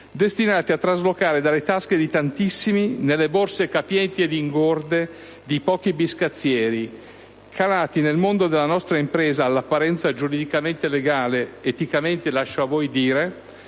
destinati a traslocare dalle tasche di tantissimi nelle borse capienti ed ingorde di pochi biscazzieri, calati nel mondo della nostra impresa, all'apparenza giuridicamente legale - eticamente lascio a voi dire